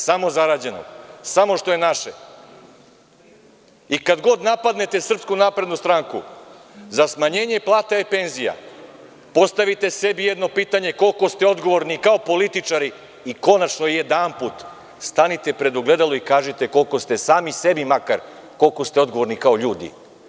Samo zarađenog, samo što je naše i kad god napadnete SNS za smanjenje plata i penzija postavite sebi jedno pitanje koliko ste odgovorni kao političari i konačno jedanput stanite pred ogledalo i kažite koliko ste sami sebi makar odgovorni kao ljudi.